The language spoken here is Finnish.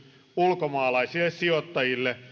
ulkomaalaisille sijoittajille